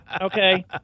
Okay